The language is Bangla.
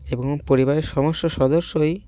এবং পরিবারের সমস্ত সদস্যই